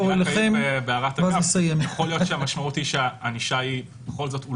עולה מכאן בצורה ברורה שחמישית או תשאיר את המצב